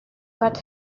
but